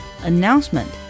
Announcement